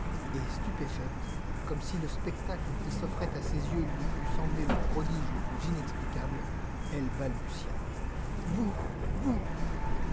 et stupéfaite comme si le spectacle qui s'offrait à ses yeux lui eût semblé le prodige le plus inexplicable elle balbutia vous vous